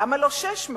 למה לא 600,